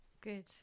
good